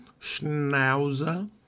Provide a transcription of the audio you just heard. Schnauzer